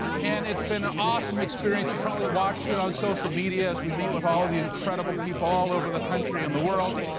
and it's been an awesome experience. you probably watched it on social media as we meet with all the incredible people all over the country and the world.